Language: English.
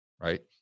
right